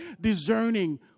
discerning